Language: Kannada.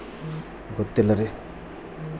ಬರ ನಿರೋಧಕ ಜೋಳ ತಳಿ ಯಾವುದು?